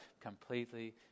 completely